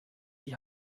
die